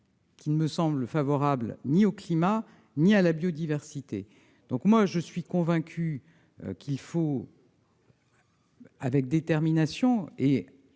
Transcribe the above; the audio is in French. qui ne me semble favorable ni au climat ni à la biodiversité ? Pour ma part, je suis convaincue qu'il faut, avec détermination, et